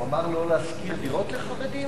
הוא מתפקד תחת מחאה, פירקתם את ש"ס לסיעות יחיד.